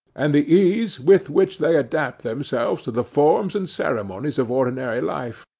and the ease with which they adapt themselves to the forms and ceremonies of ordinary life.